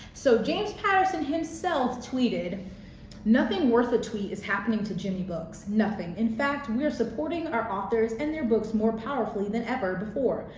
so james patterson himself tweeted nothing worth a tweet is happening to jimmy books. nothing. in fact, we are supporting our authors and their books more powerfully than ever before.